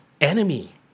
enemy